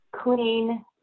clean